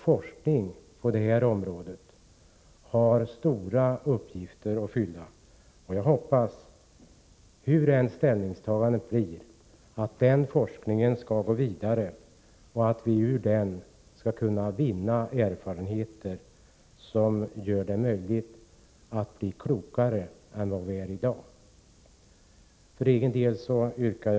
Forskningen på detta område har stora uppgifter att fylla, och jag hoppas — hur ställningstagandet än blir — att den forskningen skall gå vidare och att vi ur den skall kunna vinna erfarenheter, som gör det möjligt för oss att bli klokare än vi är i dag.